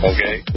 Okay